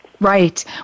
Right